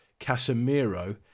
Casemiro